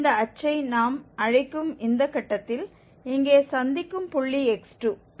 இந்த அச்சை நாம் அழைக்கும் இந்த கட்டத்தில் இங்கே சந்திக்கும் புள்ளி x2